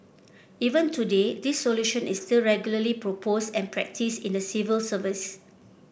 even today this solution is still regularly proposed and practised in the civil service